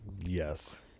Yes